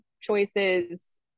choices